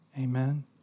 Amen